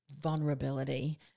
vulnerability